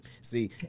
see